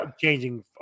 changing